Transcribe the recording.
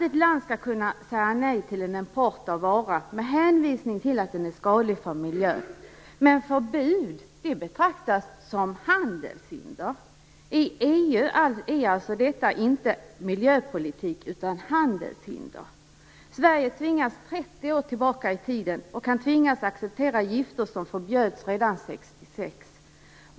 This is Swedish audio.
Ett land skall kunna säga nej till import av en vara med hänvisning till att den är skadlig för miljön. Men förbud betraktas som handelshinder. I EU är detta alltså inte miljöpolitik utan handelshinder! Sverige tvingas 30 år tillbaka i tiden och kan tvingas att acceptera gifter som förbjöds redan 1966.